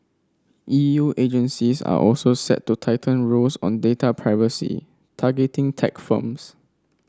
E U agencies are also set to tighten rules on data privacy targeting tech firms